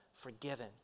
forgiven